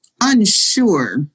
unsure